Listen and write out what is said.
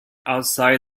outside